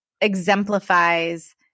exemplifies